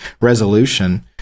resolution